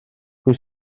pwy